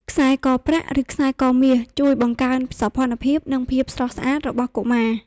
ខ្សែកប្រាក់ ឬខ្សែកមាស ជួយបង្កើនសោភ័ណភាព និងភាពស្រស់ស្អាតរបស់កុមារ។